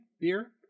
beer